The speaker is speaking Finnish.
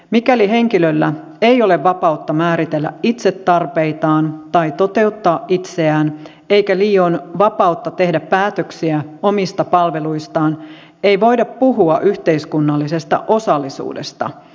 mikäli henkilöllä ei ole vapautta määritellä itse tarpeitaan tai toteuttaa itseään eikä liioin vapautta tehdä päätöksiä omista palveluistaan ei voida puhua yhteiskunnallisesta osallisuudesta